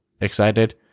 excited